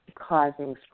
causing